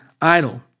idle